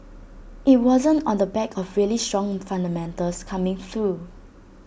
IT wasn't on the back of really strong fundamentals coming through